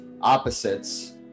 opposites